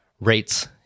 rates